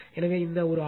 எனவே இந்த ஒரு ஆர்